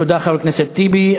תודה, חבר הכנסת טיבי.